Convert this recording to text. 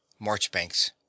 Marchbanks